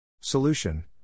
Solution